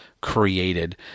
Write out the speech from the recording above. created